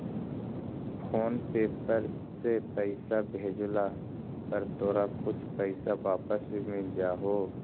phone पे पर से पईसा भेजला पर तोरा कुछ पईसा वापस भी मिल जा हो